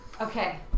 Okay